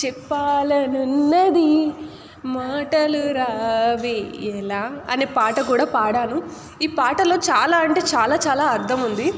చెప్పాలని ఉన్నది మాటలు రావే ఎలా అనే పాట కూడా పాడాను ఈ పాటలో చాలా అంటే చాలా చాలా అర్థం ఉంది